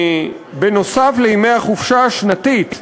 נוסף על ימי החופשה השנתית,